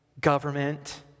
government